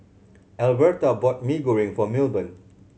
Alverta bought Mee Goreng for Milburn